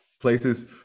places